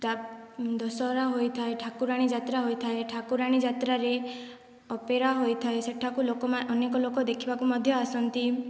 ତା ଦଶହରା ହୋଇଥାଏ ଠାକୁରାଣୀ ଯାତ୍ରା ହୋଇଥାଏ ଠାକୁରାଣୀ ଯାତ୍ରାରେ ଅପେରା ହୋଇଥାଏ ସେଠାକୁ ଲୋକ ଅନେକ ଲୋକ ଦେଖିବାକୁ ମଧ୍ୟ ଆସନ୍ତି